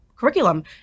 Curriculum